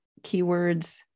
keywords